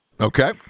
Okay